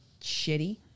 shitty